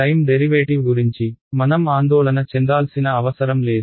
time derivative గురించి మనం ఆందోళన చెందాల్సిన అవసరం లేదు